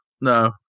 no